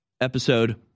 episode